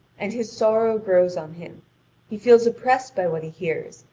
and his sorrow grows on him he feels oppressed by what he hears,